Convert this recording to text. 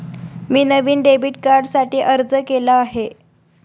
मी नवीन डेबिट कार्डसाठी अर्ज केला आहे